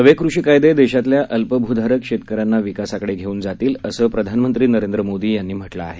नवे कृषीकायदे देशातल्या अल्पभूधारक शेतकऱ्यांना विकासाकडे घेऊन जातील असं प्रधानमंत्री नरेंद्र मोदी यांनी म्हटलं आहे